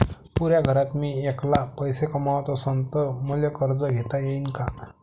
पुऱ्या घरात मी ऐकला पैसे कमवत असन तर मले कर्ज घेता येईन का?